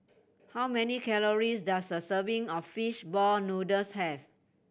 how many calories does a serving of fish ball noodles have